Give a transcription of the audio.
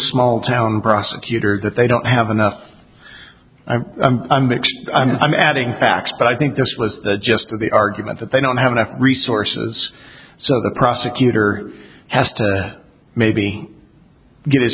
small town prosecutor that they don't have enough i'm i'm i'm mixed i'm adding facts but i think this was the gist of the argument that they don't have enough resources so the prosecutor has to maybe get